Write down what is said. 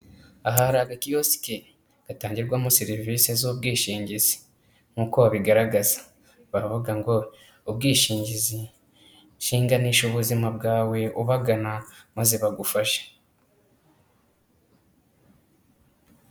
Aha hari aga kiyosiki gatangirwamo serivisi z'ubwishingizi, nk'uko babigaragaza baravuga ngo ubwishingizi shinganisha ubuzima bwawe ubagana maze bagufashe.